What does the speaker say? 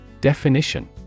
Definition